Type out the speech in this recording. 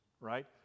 right